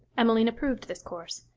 emmeline approved this course,